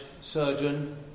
surgeon